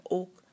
ook